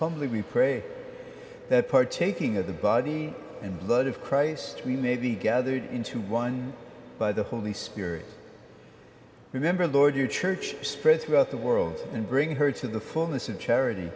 humbly we pray that partaking of the body and blood of christ we may be gathered into one by the holy spirit remember lord your church spread throughout the world and bring her to the fullness of charity